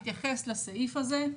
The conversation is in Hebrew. התייחס לסעיף הזה,